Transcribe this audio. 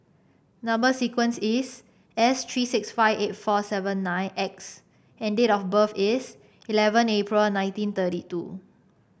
number sequence is S three six five eight four seven nine X and date of birth is eleven April nineteen thirty two